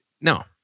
No